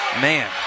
Man